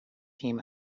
team